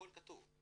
הכל כתוב.